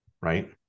right